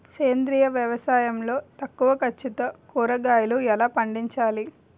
సేంద్రీయ వ్యవసాయం లో తక్కువ ఖర్చుతో కూరగాయలు ఎలా పండించాలి?